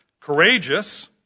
courageous